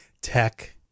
tech